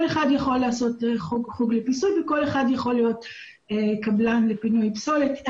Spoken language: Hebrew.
כל אחד יכול לעשות חוג לפיסול וכל אחד יכול להיות קבלן לפינוי פסולת.